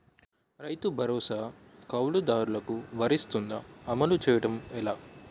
రైతు భరోసా కవులుదారులకు వర్తిస్తుందా? అమలు చేయడం ఎలా